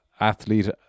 athlete